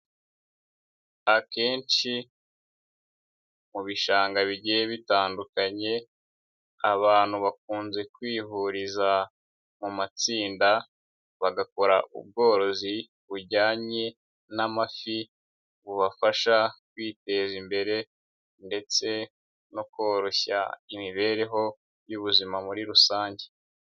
Akenshi mu bishanga bigiye bitandukanye, abantu bakunze kwihuriza mu matsinda bagakora ubworozi bujyanye n'amafi bubafasha kwiteza imbere ndetse no koroshya imibereho y'ubuzima muri rusange.